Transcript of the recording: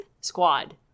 Squad